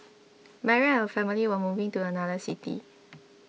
Mary and her family were moving to another city